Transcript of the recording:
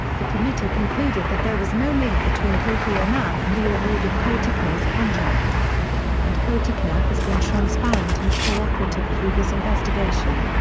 the committee concluded that there was no link between kofi annan and the award of cotecna's contract and cotecna has been transparent and cooperative through this investigation.